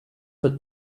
for